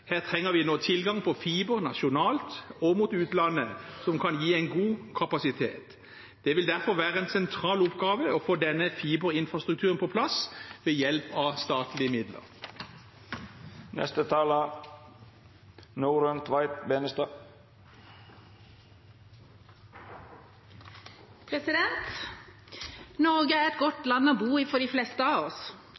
Her trenger vi tilgang på fiber nasjonalt og mot utlandet som kan gi en god kapasitet. Det vil derfor være en sentral oppgave å få denne fiberinfrastrukturen på plass ved hjelp av statlige midler. Norge er et godt